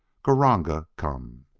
granga come!